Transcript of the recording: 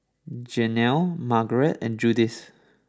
Jenelle Margarete and Judith